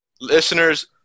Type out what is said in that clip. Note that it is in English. Listeners